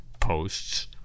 Posts